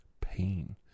pain